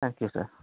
thank you sir